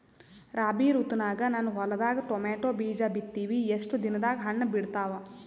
ರಾಬಿ ಋತುನಾಗ ನನ್ನ ಹೊಲದಾಗ ಟೊಮೇಟೊ ಬೀಜ ಬಿತ್ತಿವಿ, ಎಷ್ಟು ದಿನದಾಗ ಹಣ್ಣ ಬಿಡ್ತಾವ?